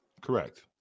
Correct